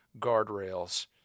guardrails